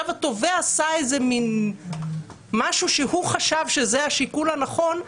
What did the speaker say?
התובע עשה מין משהו שהוא חשב שזה השיקול הנכון,